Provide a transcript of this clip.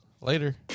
Later